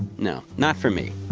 you know not for me.